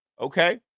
okay